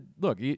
Look